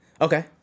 Okay